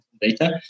data